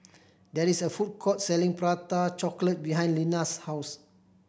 there is a food court selling Prata Chocolate behind Lina's house